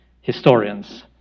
historians